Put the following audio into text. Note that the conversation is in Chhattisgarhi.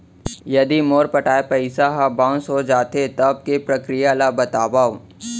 यदि मोर पटाय पइसा ह बाउंस हो जाथे, तब के प्रक्रिया ला बतावव